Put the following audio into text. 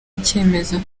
icyemezo